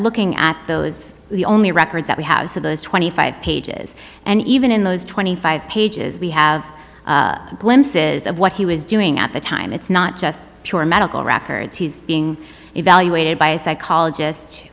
looking at those the only records that we have so those twenty five pages and even in those twenty five pages we have glimpses of what he was doing at the time it's not just your medical records he's being evaluated by a psychologist